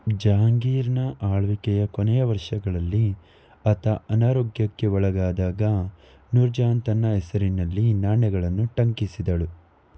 ಜಹಾಂಗೀರ್ನ ಆಳ್ವಿಕೆಯ ಕೊನೆಯ ವರ್ಷಗಳಲ್ಲಿ ಆತ ಅನಾರೋಗ್ಯಕ್ಕೆ ಒಳಗಾದಾಗ ನೂರ್ ಜಹಾನ್ ತನ್ನ ಹೆಸರಿನಲ್ಲಿ ನಾಣ್ಯಗಳನ್ನು ಟಂಕಿಸಿದಳು